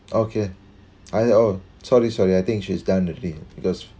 okay I oh sorry sorry I think she's done already because